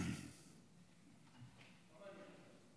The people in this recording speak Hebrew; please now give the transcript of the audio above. בבקשה.